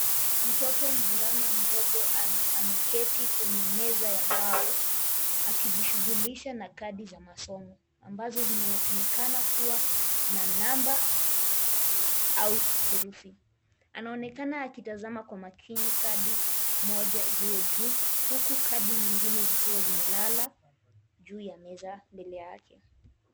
Mtoto mvulana mdogo ameketi kwenye meza ya mbao, akijishughulisha na kadi za masomo ambazo zinaonekana kuwa na namba au herufi. Anaonekana akitazama kwa makini kadi moja iliyo juu huku kadi nyingine zikiwa zimelala juu ya meza mbele yake.